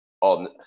on